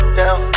down